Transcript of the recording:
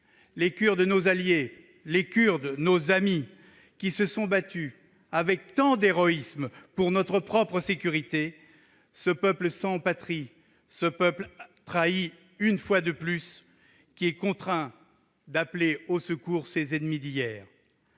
les Kurdes, nos alliés, nos amis, qui se sont battus avec tant d'héroïsme pour notre propre sécurité, ce peuple sans patrie, trahi une fois de plus, sont contraints d'appeler au secours leurs ennemis d'hier.